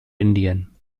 indien